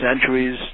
centuries